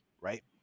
right